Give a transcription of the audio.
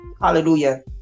Hallelujah